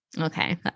okay